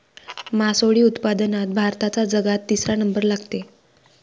मासोळी उत्पादनात भारताचा जगात तिसरा नंबर लागते